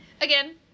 Again